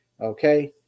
okay